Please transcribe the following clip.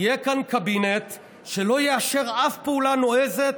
יהיה כאן קבינט שלא יאשר אף פעולה נועזת